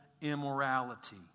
immorality